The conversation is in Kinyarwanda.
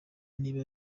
niba